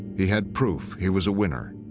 he had proof he was a winner,